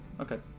Okay